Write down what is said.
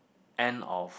end of